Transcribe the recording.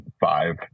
five